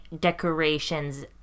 decorations